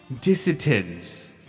dissidents